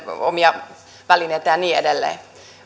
omia tietoliikennevälineitään ja niin edelleen